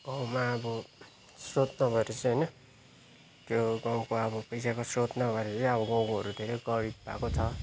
गाउँमा अब स्रोत नभएर चाहिँ होइन त्यो गाउँको अब पैसाको स्रोत नभएर चाहिँ अब गाउँकोहरू धेरै गरिब भएको छ